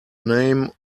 name